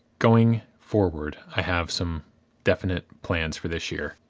going forward, i have some definite plans for this year.